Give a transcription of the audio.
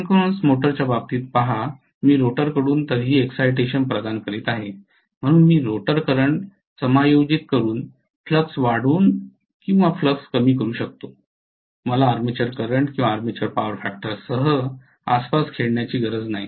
synchronous मोटरच्या बाबतीत पहा मी रोटरकडून तरीही एक्साईटेशन प्रदान करीत आहे म्हणून मी रोटर करंट समायोजित करून फ्लक्स वाढवू किंवा फ्लक्स कमी करू शकतो मला आर्मेचर करंट किंवा आर्मेचर पॉवर फॅक्टरसह आसपास खेळण्याची गरज नाही